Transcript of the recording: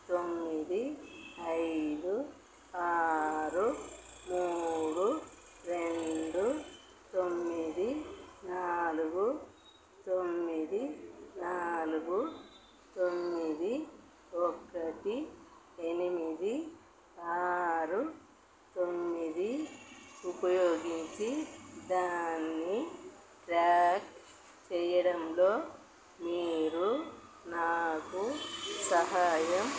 తొమ్మిది ఐదు ఆరు మూడు రెండు తొమ్మిది నాలుగు తొమ్మిది నాలుగు తొమ్మిది ఒకటి ఎనిమిది ఆరు తొమ్మిది ఉపయోగించి దాన్ని ట్రాక్ చేయడంలో మీరు నాకు సహాయం